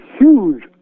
huge